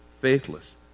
faithless